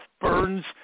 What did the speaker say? Burns